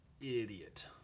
idiot